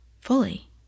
fully